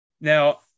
Now